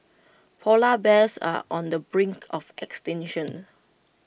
Polar Bears are on the brink of extinction